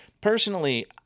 personally